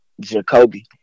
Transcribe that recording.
Jacoby